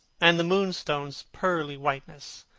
and the moonstone's pearly whiteness,